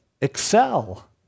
excel